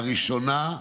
הראשונה,